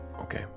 okay